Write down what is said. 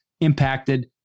impacted